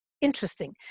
interesting